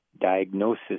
diagnosis